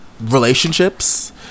relationships